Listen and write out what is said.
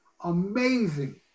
amazing